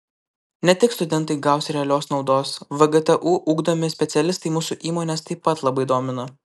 ne tik studentai gaus realios naudos vgtu ugdomi specialistai mūsų įmones taip pat labai domina